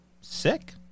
Sick